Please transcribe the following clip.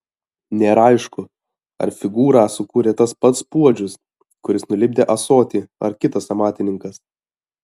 nėra aišku ar figūrą sukūrė tas pats puodžius kuris nulipdė ąsotį ar kitas amatininkas